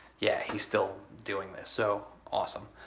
yeah, he's still doing this. so, awesome.